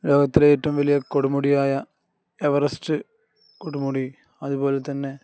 ലോകത്തിലെ ഏറ്റവും വലിയ കൊടുമുടിയായ എവറസ്റ്റ് കൊടുമുടി അതുപോലെ തന്നെ